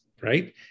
right